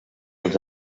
els